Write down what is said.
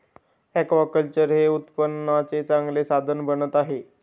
aquaculture हे उत्पन्नाचे चांगले साधन बनत आहे